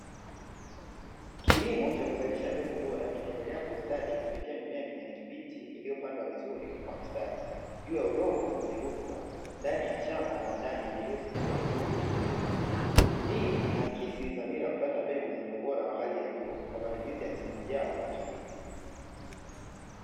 Kilimo cha kuzalisha mbegu bora kinaendelea kiustadi kupitia mimea ya kijani kibichi iliyopandwa vizuri kwa mstari, juu ya udongo wenye rutuba ndani shamba la ndani lililo funikwa vizuri juu. Hii inaakisi dhamira ya kupata mbegu zenye ubora wa hali ya juu kwa matumizi ya msimu ujao wa kilimo.